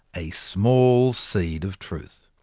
a small seed of truth.